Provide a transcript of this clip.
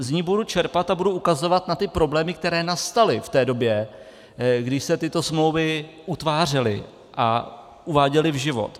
Z ní budu čerpat a budu ukazovat na ty problémy, které nastaly v době, když se tyto smlouvy utvářely a uváděly v život.